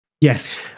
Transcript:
Yes